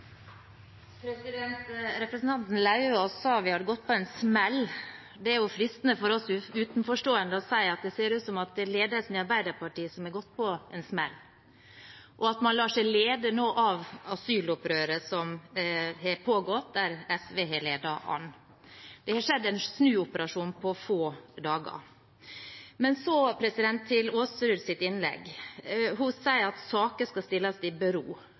Representanten Lauvås sa at vi går på en smell. Det er jo fristende for oss utenforstående å si at det ser ut som om det er ledelsen i Arbeiderpartiet som har gått på en smell, og at man lar seg lede av asylopprøret som har pågått, der SV har ledet an. Det har skjedd en snuoperasjon på få dager. Så til representanten Aasrud sitt innlegg. Hun sier at saker skal stilles i bero.